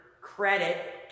credit